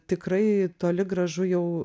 tikrai toli gražu jau